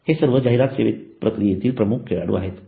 हे सर्व जाहिरात सेवा प्रक्रियेतील प्रमुख खेळाडू आहेत